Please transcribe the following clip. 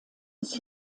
des